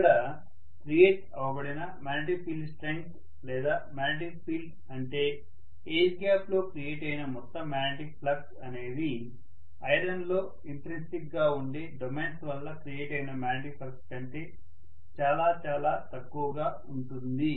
ఇక్కడ క్రియేట్ అవబడిన magnetic field strength లేదా మాగ్నెటిక్ ఫీల్డ్ అంటే ఎయిర్ లో క్రియేట్ అయిన మొత్తం మాగ్నెటిక్ ఫ్లక్స్ అనేది ఐరన్ లో ఇంట్రిన్సిక్ గా ఉండే డొమైన్స్ వల్ల క్రియేట్ అయిన మాగ్నెటిక్ ఫ్లక్స్ కంటే చాలా చాలా తక్కువగా ఉంటుంది